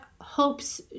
hopes